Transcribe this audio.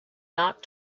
not